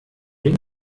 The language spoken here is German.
den